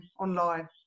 online